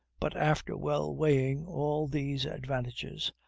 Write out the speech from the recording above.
but after well weighing all these advantages,